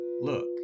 Look